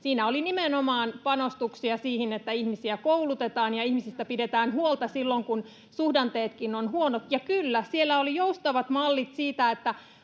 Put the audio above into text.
Siinä oli nimenomaan panostuksia siihen, että ihmisiä koulutetaan ja ihmisistä pidetään huolta silloin, kun suhdanteetkin ovat huonot. Ja kyllä, siellä oli joustavat mallit siitä,